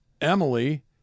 Emily